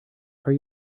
are